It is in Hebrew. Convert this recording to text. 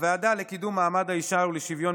הוועדה לקידום מעמד האישה ולשוויון